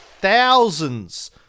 thousands